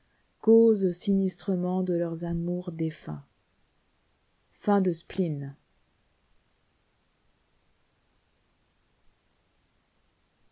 piquecausent sinistrement de leurs amours défunts